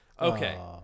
okay